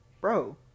bro